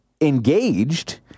engaged